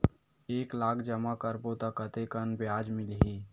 एक लाख जमा करबो त कतेकन ब्याज मिलही?